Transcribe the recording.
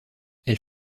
elle